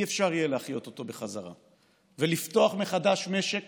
לא יהיה אפשר להחיות אותו בחזרה, ולפתוח מחדש משק